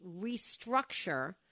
restructure